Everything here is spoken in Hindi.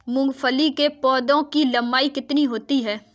मूंगफली के पौधे की लंबाई कितनी होती है?